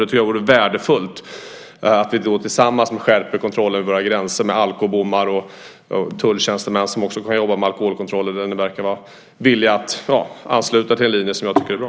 Jag tycker att det är värdefullt att vi tillsammans skärper kontrollen vid våra gränser med alkobommar och med tulltjänstemän som också kan jobba med alkoholkontroller. Där verkar ni vara villiga att ansluta er till en linje som jag tycker är bra.